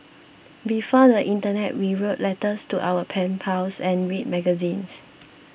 before the internet we wrote letters to our pen pals and read magazines